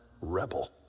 rebel